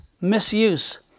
misuse